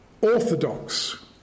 orthodox